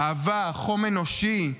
אהבה, חום אנושי.